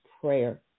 prayer